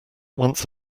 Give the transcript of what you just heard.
once